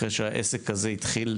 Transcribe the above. אחרי שהעסק הזה התחיל,